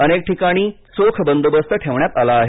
अनेक ठिकाणी चोख बंदोबस्त ठेवण्यात आला आहे